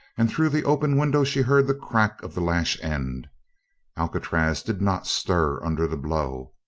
and through the open window she heard the crack of the lash-end. alcatraz did not stir under the blow.